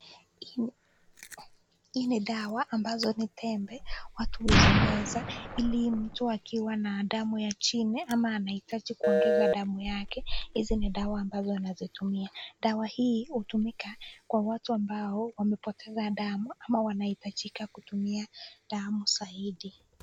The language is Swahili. Hii ni dawa ambazo ni tembe, watu huzimeza ili mtu akiwa na damu ya chini ama anahitaji kuongezwa damu yake hizi ni dawa ambazo anatumia, dawa hii hutumika kwa watu ambao wamepoteza damu ama wanahitajika kutumia damu zaidi.